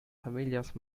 familias